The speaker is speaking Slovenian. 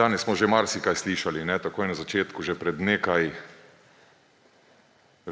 Danes smo že marsikaj slišali takoj na začetku, že pred nekaj